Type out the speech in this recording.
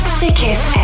sickest